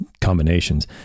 combinations